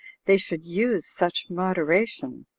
they should use such moderation.